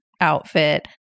outfit